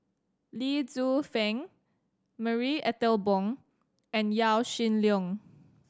Lee Tzu Pheng Marie Ethel Bong and Yaw Shin Leong